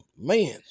man